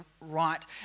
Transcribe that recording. right